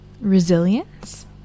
resilience